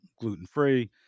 gluten-free